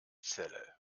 celle